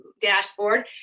dashboard